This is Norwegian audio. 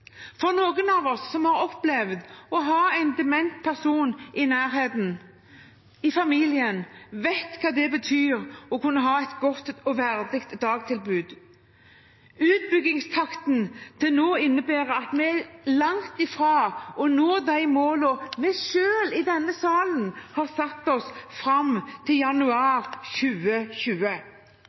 Noen av oss som har opplevd å ha en dement person i nærheten, i familien, vet hva det betyr å kunne ha et godt og verdig dagtilbud. Utbyggingstakten til nå innebærer at vi er langt ifra å nå de målene vi i denne salen har satt oss fram til januar 2020.